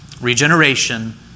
Regeneration